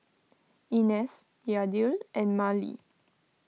Inez Yadiel and Marely